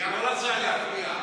לא להפריע.